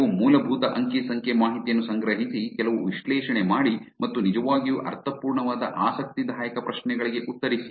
ಕೆಲವು ಮೂಲಭೂತ ಅಂಕಿ ಸಂಖ್ಯೆ ಮಾಹಿತಿಯನ್ನು ಸಂಗ್ರಹಿಸಿ ಕೆಲವು ವಿಶ್ಲೇಷಣೆ ಮಾಡಿ ಮತ್ತು ನಿಜವಾಗಿಯೂ ಅರ್ಥಪೂರ್ಣವಾದ ಆಸಕ್ತಿದಾಯಕ ಪ್ರಶ್ನೆಗಳಿಗೆ ಉತ್ತರಿಸಿ